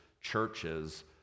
churches